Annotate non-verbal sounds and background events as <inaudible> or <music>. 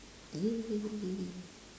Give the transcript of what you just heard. <noise>